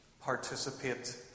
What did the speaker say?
participate